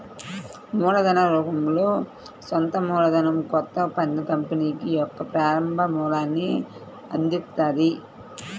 మూలధన రూపంలో సొంత మూలధనం కొత్త కంపెనీకి యొక్క ప్రారంభ మూలాన్ని అందిత్తది